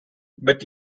but